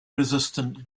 resistant